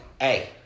Hey